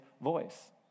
voice